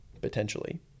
potentially